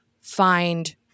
find